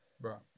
right